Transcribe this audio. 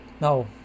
Now